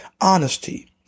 honesty